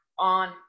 on